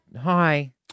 Hi